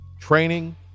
training